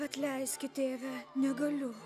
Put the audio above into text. atleiski tėve negaliu